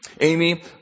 Amy